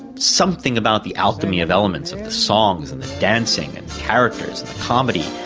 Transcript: something about the alchemy of elements of the songs and the dancing and characters, the comedy,